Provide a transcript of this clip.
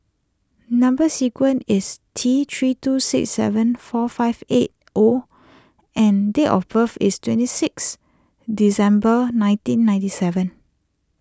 Number Sequence is T three two six seven four five eight O and date of birth is twenty six December nineteen ninety seven